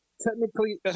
technically